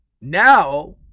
now